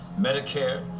Medicare